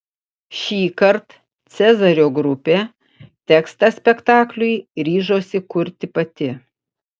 šįkart cezario grupė tekstą spektakliui ryžosi kurti pati